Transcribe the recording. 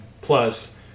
plus